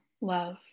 love